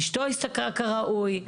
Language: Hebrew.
אשתו השתכרה כראוי,